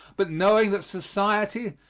but, knowing that society,